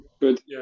Good